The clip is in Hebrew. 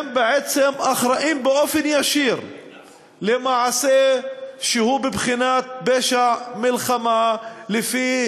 הם בעצם אחראים ישירות למעשה שהוא בבחינת פשע מלחמה לפי